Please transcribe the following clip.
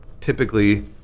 typically